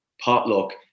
potluck